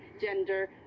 gender